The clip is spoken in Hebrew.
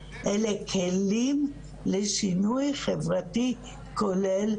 אלה כלים לשינוי חברתי כולל,